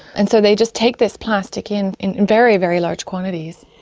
and so they just take this plastic in in very, very large quantities.